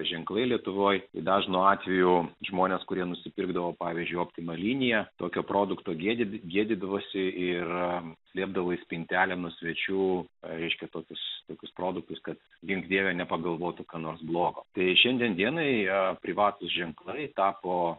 ženklai lietuvoje dažnu atveju žmonės kurie nusipirkdavo pavyzdžiui optima linija tokių produktų giedi gėdydavosi ir liepdavai spintelėmis svečių aiškinantis tokius produktus kad gink dieve nepagalvotų ką nors blogo jei šiandien dienai jo privatūs ženklai tapo